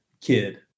kid